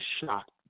shocked